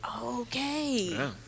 Okay